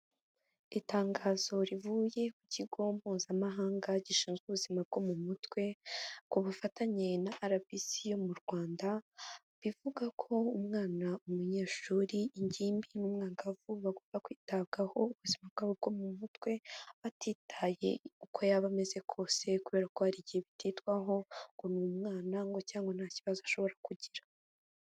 Itangazo rivuye ku kigo mpuzamahanga gishinzwe ubuzima bwo mu mutwe, ku bufatanye na RBC yo mu Rwanda, bivuga ko umwana, umunyeshuri, ingimbi n'umwangavu, bagomba kwitabwaho ubuzima bwabo bwo mu mutwe, atitaye kuko yaba ameze kose kubera ko hari igihe bititwaho ngo ni umwana ngo cyangwa ngo nta kibazo ashobora kugira.